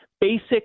basic